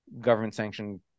government-sanctioned